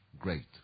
great